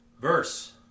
Verse